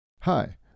Hi